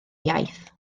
iaith